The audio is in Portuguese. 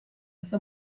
essa